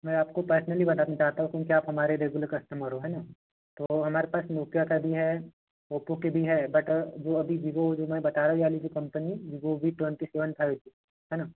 मैं आपको पर्सनली बताना चाहता हूँ क्योंकि आप हमारे रेगुलर कस्टमर हो है ना तो हमारे पास नोकिया का भी है ओप्पो के भी है बट वो अभी वीवो जो मैं बता रहा हूँ यानी जो company Vivo V twenty seven five है ना